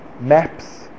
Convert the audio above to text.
maps